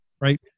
Right